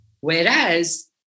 Whereas